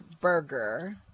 Burger